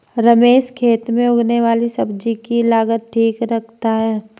रमेश खेत में उगने वाली सब्जी की लागत ठीक रखता है